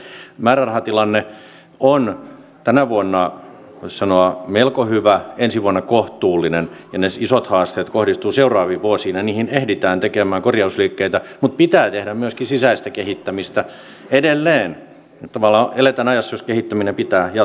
määrärahatilanne on tänä vuonna voisi sanoa melko hyvä ensi vuonna kohtuullinen ja ne isot haasteet kohdistuvat seuraaviin vuosiin ja niihin ehditään tekemään korjausliikkeitä mutta pitää tehdä myöskin sisäistä kehittämistä edelleen tavallaan eletään ajassa jossa kehittämisen pitää jatkua koko ajan